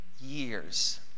years